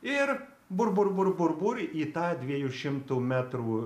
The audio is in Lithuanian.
ir bur bur bur bur bur į tą dviejų šimtų metrų